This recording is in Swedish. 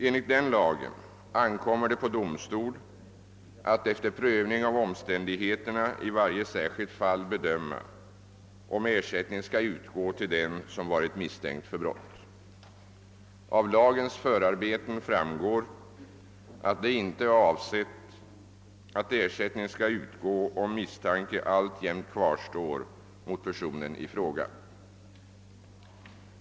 Enligt denna lag ankommer det på domstol att efter prövning av omständigheterna i varje särskilt fall bedöma om ersättning skall utgå till den som varit misstänkt för brott. Av lagens förarbeten framgår att det inte är avsett att ersättning skall utgå om misstanke alltjämt kvarstår mot personen i fråga.